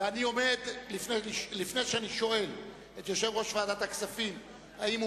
לפני שאני שואל את יושב-ראש ועדת הכספים אם הוא